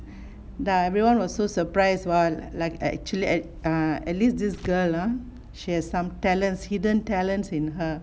ya everyone was so surprised !wah! like actually at err at least this girl ah she has some talents hidden talents in her